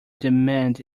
demand